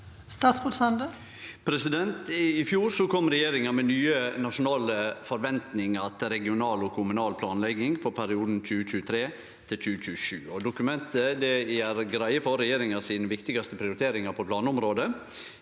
I fjor kom regje- ringa med nye nasjonale forventningar til regional og kommunal planlegging for perioden 2023–2027. Dokumentet gjer greie for regjeringa sine viktigaste prioriteringar for planområdet.